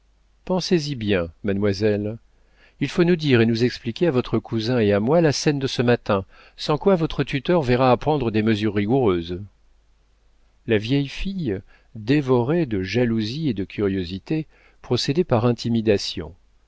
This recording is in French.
pensez-y bien mademoiselle il faut nous dire et nous expliquer à votre cousin et à moi la scène de ce matin sans quoi votre tuteur verra à prendre des mesures rigoureuses la vieille fille dévorée de jalousie et de curiosité procédait par intimidation